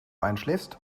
einschläfst